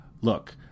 look